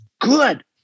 good